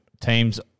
teams